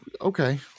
okay